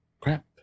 Crap